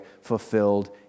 fulfilled